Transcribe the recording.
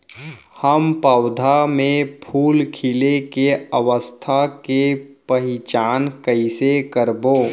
हम पौधा मे फूल खिले के अवस्था के पहिचान कईसे करबो